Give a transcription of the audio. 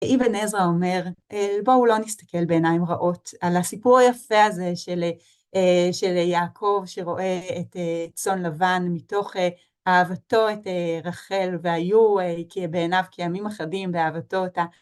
איבן עזרא אומר, בואו לא נסתכל בעיניים רעות על הסיפור היפה הזה של יעקב שרואה את צאן לבן מתוך אהבתו את רחל והיו בעיניו כימים אחדים באהבתו אותה.